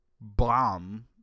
bomb